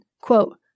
quote